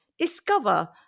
Discover